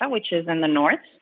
um which is in the north.